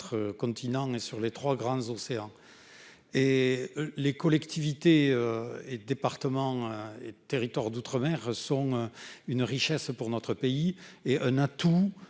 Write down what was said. continents et sur les trois grands océans. Les collectivités, départements et territoires d'outre-mer sont une richesse pour notre pays et un atout